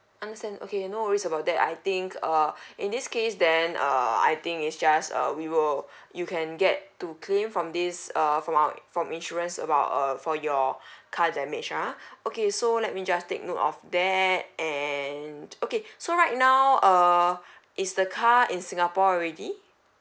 understand okay no worries about that I think uh in this case then uh I think is just err we will you can get to claim from this err from our from insurance about uh for your car damage ah okay so let me just take note of that and okay so right now uh is the car in singapore already